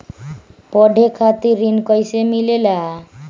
पढे खातीर ऋण कईसे मिले ला?